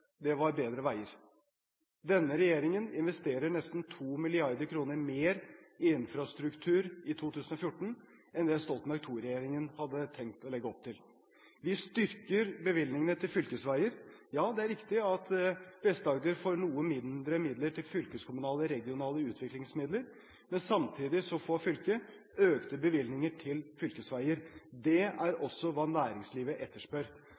der, var bedre veier. Denne regjeringen investerer nesten 2 mrd. kr mer i infrastruktur i 2014 enn det Stoltenberg II-regjeringen hadde tenkt å legge opp til. Vi styrker bevilgningene til fylkesveier. Ja, det er riktig at Vest-Agder får noe mindre midler til fylkeskommunale og regionale utviklingsmidler, men samtidig får fylket økte bevilgninger til fylkesveier. Det er også hva næringslivet etterspør.